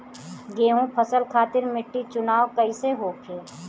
गेंहू फसल खातिर मिट्टी चुनाव कईसे होखे?